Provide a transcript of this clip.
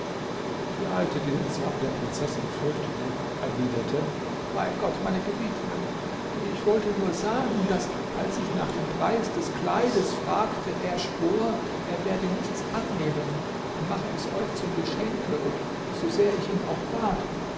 die alte die den zorn der prinzessin fürchtete erwiderte bei gott meine gebieterin ich wollte nur sagen daß als ich nach dem preis des kleides fragte er schwor er werde nichts annehmen er mache es euch zum geschenke und so sehr ich ihn auch bat